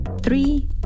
three